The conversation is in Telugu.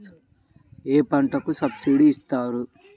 ఏ పంటకు సబ్సిడీ ఇస్తారు?